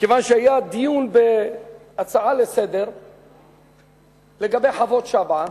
כיוון שהיה דיון בהצעה לסדר-היום לגבי חוות-שבעא,